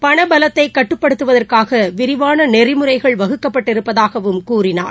பணபலத்தைகட்டுப்படுத்துவதற்காகவிரிவானநெறிமுறைகள் வகுக்கப்பட்டிருப்பதாகவும் கூறினார்